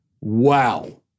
Wow